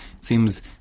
seems